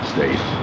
States